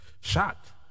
shocked